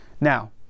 Now